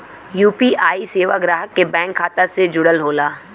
UPI सेवा ग्राहक के बैंक खाता से जुड़ल होला